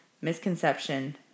misconception